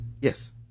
Yes